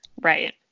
Right